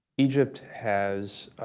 egypt has